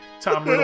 Tom